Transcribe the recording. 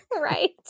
Right